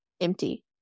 empty